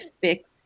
fixed